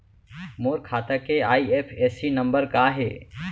मोर खाता के IFSC number का हे?